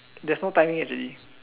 there's no timing already